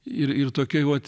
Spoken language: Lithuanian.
ir ir tokia uot